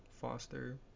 foster